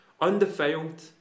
undefiled